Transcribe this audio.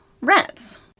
rats